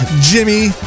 Jimmy